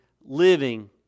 living